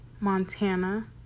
Montana